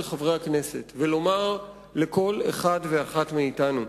חברי הכנסת ולומר לכל אחד ואחת מאתנו,